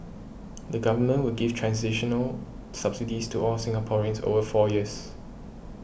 the Government will give transitional subsidies to all Singaporeans over four years